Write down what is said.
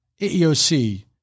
AEOC